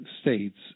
states